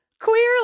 queer